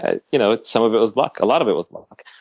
ah you know some of it was luck. a lot of it was luck.